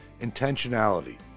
intentionality